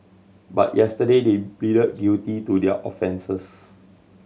but yesterday they pleaded guilty to their offences